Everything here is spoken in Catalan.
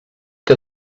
que